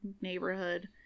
neighborhood